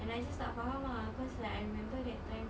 and I just tak faham ah cause like I remember that time